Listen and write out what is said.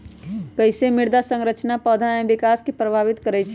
कईसे मृदा संरचना पौधा में विकास के प्रभावित करई छई?